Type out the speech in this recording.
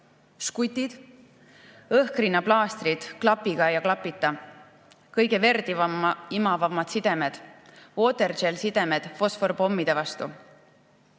žgutid, õhkrinnaplaastrid klapiga ja klapita, kõige paremini verd imavad sidemed, Water Jel sidemed fosforpommide vastu,